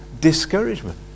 discouragement